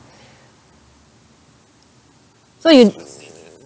so you